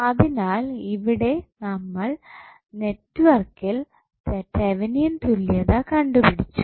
അതിനാൽ ഇവിടെ നമ്മൾ നെറ്റ്വർക്കിൽ തെവനിയൻ തുല്യത കണ്ടുപിടിച്ചു